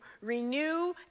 renew